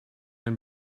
den